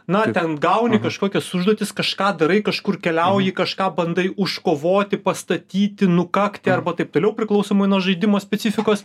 na ten gauni kažkokias užduotis kažką darai kažkur keliauji kažką bandai užkovoti pastatyti nukakti arba taip toliau priklausomai nuo žaidimo specifikos